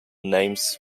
names